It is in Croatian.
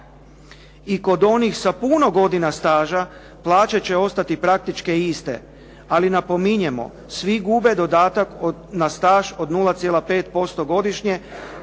I kod onih sa puno godina staža plaća će ostati praktički iste, ali napominjemo svi gube dodatak na staž od 0.5% godišnje